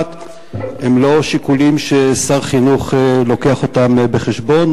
בית-המשפט הם לא שיקולים ששר חינוך מביא אותם בחשבון,